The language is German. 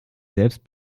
selbst